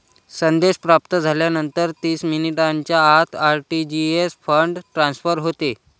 संदेश प्राप्त झाल्यानंतर तीस मिनिटांच्या आत आर.टी.जी.एस फंड ट्रान्सफर होते